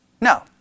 No